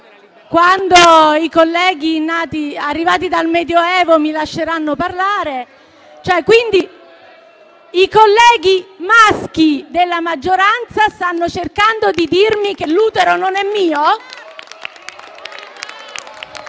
Quando i colleghi, arrivati dal Medioevo, mi lasceranno parlare... Quindi, i colleghi maschi della maggioranza stanno cercando di dirmi che l'utero non è mio?